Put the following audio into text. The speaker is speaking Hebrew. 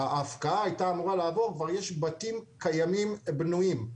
כבר יש בתים קיימים בנויים.